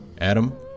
Adam